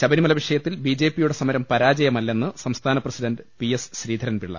ശബരിമല വിഷയത്തിൽ ബി ജെ പിയുടെ സമരം പരാ ജയമല്ലെന്ന് സംസ്ഥാന president P S Sreedharan Pillai